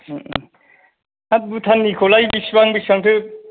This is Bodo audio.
ओं ओं हा भुटान निखौलाय बेसेबां बेसेबांथो